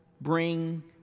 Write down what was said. bring